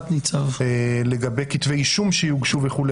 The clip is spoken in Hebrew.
ניצב לגבי כתבי אישום שיוגשו וכו',